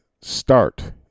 Start